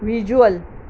visual